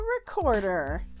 recorder